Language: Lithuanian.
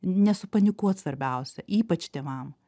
nesupanikuot svarbiausia ypač tėvam